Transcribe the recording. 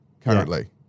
currently